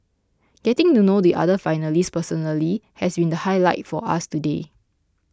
getting to know the other finalists personally has been the highlight for us today